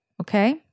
Okay